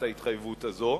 את ההתחייבות הזאת,